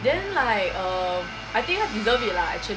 then like err I think 他 deserve it lah actually